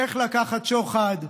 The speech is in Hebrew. איך לקחת שוחד,